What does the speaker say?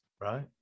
Right